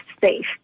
safe